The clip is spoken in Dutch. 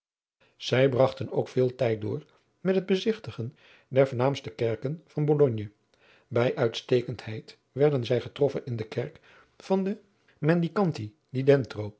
zij bragten ook veel tijd door met het bezigtigen der voornaamste kerken van bologne bij uitstekendheid werden zij getroffen in de kerk van de